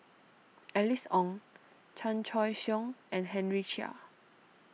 Alice Ong Chan Choy Siong and Henry Chia